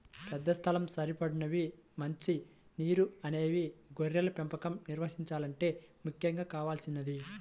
పెద్ద స్థలం, సరిపడినన్ని మంచి నీరు అనేవి గొర్రెల పెంపకం నిర్వహించాలంటే ముఖ్యంగా కావలసినవి